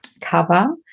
cover